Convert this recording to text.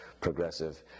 progressive